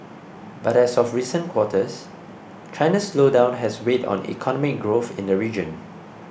but as of recent quarters China's slowdown has weighed on economic growth in the region